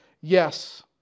Yes